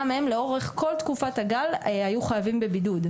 גם הם לאורך כל תקופת הגל, היו חייבים בבידוד.